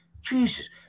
Jesus